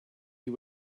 you